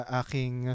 aking